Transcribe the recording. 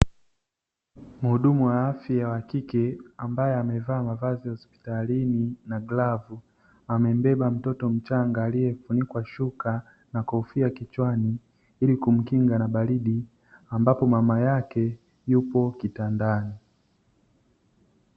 Muhudumu wa afya wa kike ambaye amevaa mavazi ya hospitalini na glavu, amebeba mtoto mchanga aliyefunikwa shuka na kofia kichwani ili kumkinga na baridi, ambapo mama yake yupo kitandani.